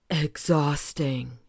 exhausting